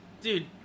Dude